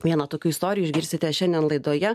vieną tokių istorijų išgirsite šiandien laidoje